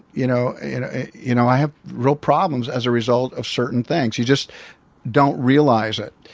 you know you know i have real problems as a result of certain things. you just don't realize it.